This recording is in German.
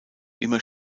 immer